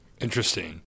Interesting